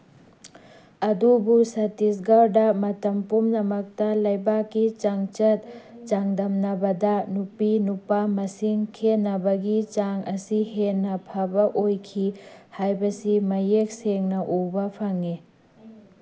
ꯑꯗꯨꯕꯨ ꯁꯠꯇꯤꯁꯒꯔꯗ ꯃꯇꯝ ꯄꯨꯝꯅꯃꯛꯇ ꯂꯩꯕꯥꯛꯀꯤ ꯆꯥꯡꯆꯠ ꯆꯥꯡꯗꯝꯅꯕꯗ ꯅꯨꯄꯤ ꯅꯨꯄꯥ ꯃꯁꯤꯡ ꯈꯦꯠꯅꯕꯒꯤ ꯆꯥꯡ ꯑꯁꯤ ꯍꯦꯟꯅ ꯐꯕ ꯑꯣꯏꯈꯤ ꯍꯥꯏꯕꯁꯤ ꯃꯌꯦꯛ ꯁꯦꯡꯅ ꯎꯕ ꯐꯪꯉꯤ